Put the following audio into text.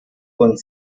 und